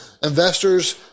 Investors